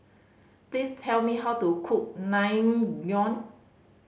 please tell me how to cook Naengmyeon